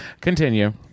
continue